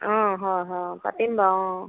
অঁ হয় হয় পাতিম বাৰু অঁ